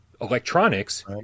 electronics